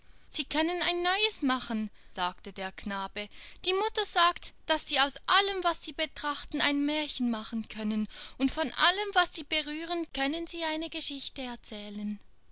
sie können ein neues machen sagte der kleine knabe die mutter sagt daß sie aus allem was sie betrachten ein märchen machen können und von allem was sie berühren könne sie eine geschichte erzählen